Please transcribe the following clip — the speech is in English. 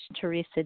teresa